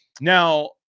Now